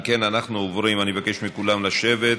אם כן, אני מבקש מכולם לשבת,